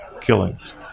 killings